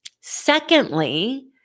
Secondly